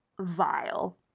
vile